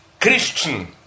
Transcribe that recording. Christian